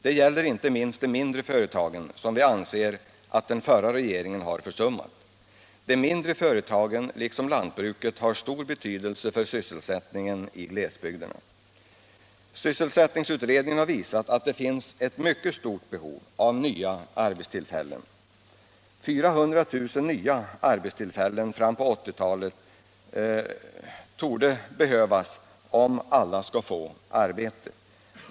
Det gäller inte minst de mindre företagen, som vi anser att den förra regeringen har försummat. De mindre företagen liksom lantbruket har stor betydelse för sysselsättningen i glesbygderna. Sysselsättningsutredningen har visat att det finns ett mycket stort behov av nya arbetstillfällen. 400 000 nya arbetstillfällen fram på 1980-talet torde behövas om alla skall få arbete.